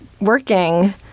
working